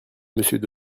monsieur